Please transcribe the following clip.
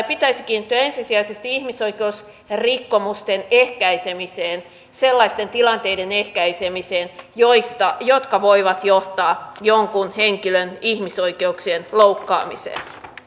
pitäisi kiinnittyä ensisijaisesti ihmisoikeusrikkomusten ehkäisemiseen sellaisten tilanteiden ehkäisemiseen jotka voivat johtaa jonkun henkilön ihmisoikeuksien loukkaamiseen